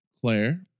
Claire